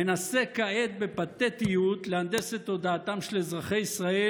מנסה כעת בפתטיות להנדס את תודעתם של אזרחי ישראל